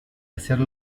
hacer